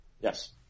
Yes